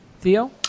Theo